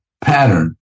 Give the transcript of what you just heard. pattern